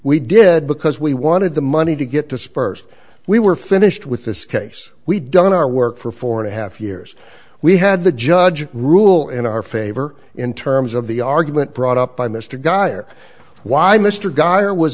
we did because we wanted the money to get dispersed we were finished with this case we done our work for four and a half years we had the judge rule in our favor in terms of the argument brought up by mr gardner why mr gardner was